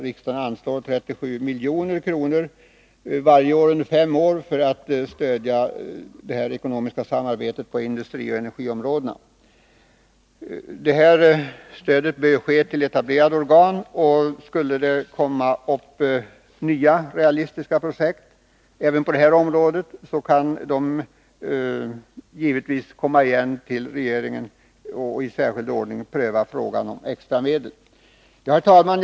Riksdagen anslår 37 milj.kr. varje år under fem år för att stödja detta ekonomiska samarbete på industrioch energiområdena. Detta stöd bör utgå till etablerade organ. Skulle det uppkomma nya realistiska projekt, så kan man givetvis även på detta område komma igen till regeringen och i särskild ordning pröva frågan om extra medel. Herr talman!